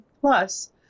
plus